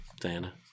Diana